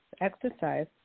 exercise